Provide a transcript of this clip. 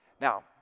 Now